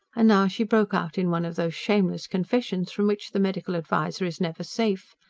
and now she broke out in one of those shameless confessions, from which the medical adviser is never safe.